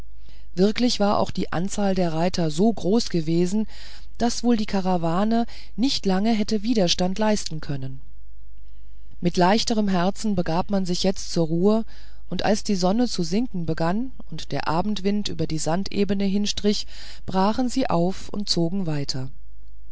wirklich war auch die anzahl der reiter so groß gewesen daß wohl die karawane nicht lange hätte widerstand leisten können mit leichterem herzen begab man sich jetzt zur ruhe und als die sonne zu sinken begann und der abendwind über die sandebene hinstrich brachen sie auf und zogen weiter